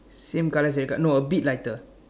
same colour same col~ no a bit lighter